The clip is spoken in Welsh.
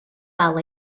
dal